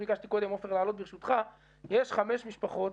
אנחנו מנסים לעזור לכל משפחה,